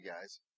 guys